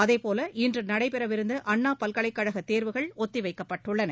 அதேபோல் இன்று நடைபெறவிருந்த அண்ணா பல்கலைக் கழக தேர்வுகள் ஒத்தி வைக்கப்பட்டுள்ளன